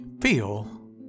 feel